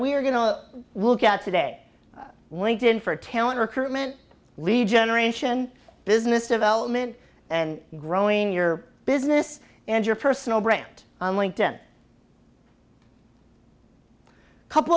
we're going to look at today linked in for talent recruitment lead generation business development and growing your business and your personal brand on linked in a couple